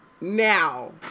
Now